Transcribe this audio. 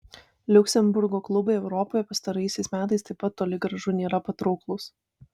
liuksemburgo klubai europoje pastaraisiais metais taip pat toli gražu nėra patrauklūs